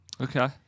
Okay